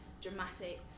dramatic